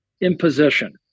imposition